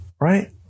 Right